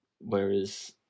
Whereas